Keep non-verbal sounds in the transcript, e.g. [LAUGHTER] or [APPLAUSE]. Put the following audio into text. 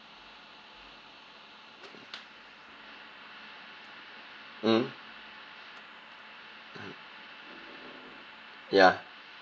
mm [NOISE] ya